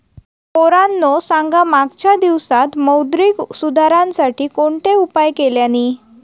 पोरांनो सांगा मागच्या दिवसांत मौद्रिक सुधारांसाठी कोणते उपाय केल्यानी?